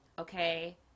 Okay